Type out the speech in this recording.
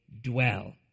dwell